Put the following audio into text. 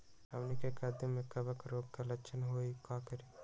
हमनी के कददु में कवक रोग के लक्षण हई का करी?